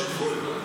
יש גבול.